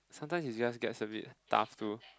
sometimes it just gets a bit tough to